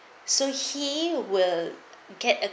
so he will get